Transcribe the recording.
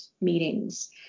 meetings